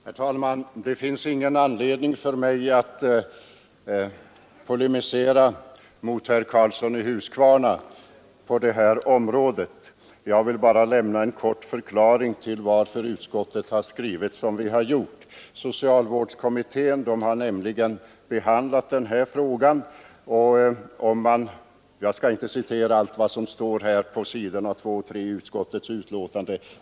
Herr talman! Det finns ingen anledning för mig att polemisera mot herr Karlsson i Huskvarna på detta område. Jag vill bara lämna en kort förklaring till utskottets skrivning. Jag skall inte citera allt vad som står på s. 2 och 3 i utskottets betänkande.